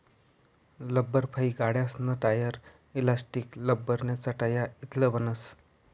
लब्बरफाइ गाड्यासना tyre, elastic, लब्बरन्या चटया इतलं बनस